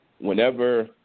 whenever